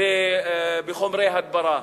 בחומרי הדברה?